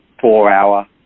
four-hour